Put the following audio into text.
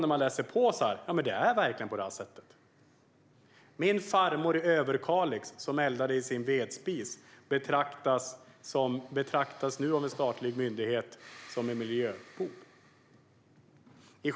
När jag läste på började jag förstå att det verkligen är på det sättet. Min farmor i Överkalix, som eldar i sin vedspis, betraktas nu av en statlig myndighet som en miljöbov.